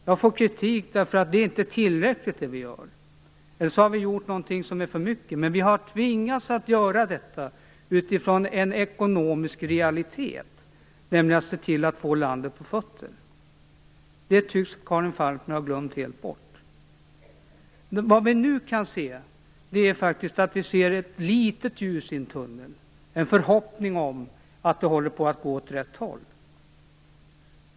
Jag får kritik därför att det vi gör inte är tillräckligt, eller så har vi gjort någonting som är för mycket. Vi har tvingats att göra detta utifrån en ekonomisk realitet, nämligen att se till att få landet på fötter. Det tycks Karin Falkmer helt ha glömt bort. Nu kan vi se ett litet ljus i en tunnel. En förhoppning om att det håller på att gå åt rätt håll.